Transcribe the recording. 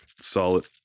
solid